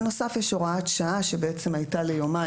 בנוסף יש הוראת שעה שבעצם הייתה ליומיים,